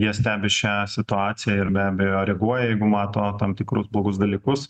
jie stebi šią situaciją ir be abejo reaguoja jeigu mato tam tikrus blogus dalykus